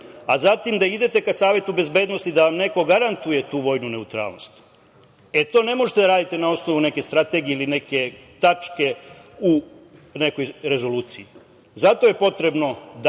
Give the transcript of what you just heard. a zatim da idete ka Savetu bezbednosti da vam neko garantuje tu vojnu neutralnost. To ne možete da radite na osnovu neke strategije ili neke tačke u nekoj rezoluciji. Zato je potrebno da,